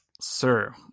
sir